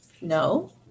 No